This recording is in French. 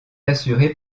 assuré